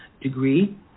degree